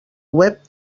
web